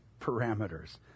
parameters